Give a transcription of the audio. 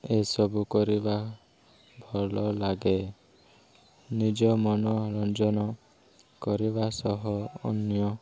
ଏସବୁ କରିବା ଭଲ ଲାଗେ ନିଜ ମନୋରଞ୍ଜନ କରିବା ସହ ଅନ୍ୟ